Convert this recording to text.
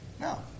No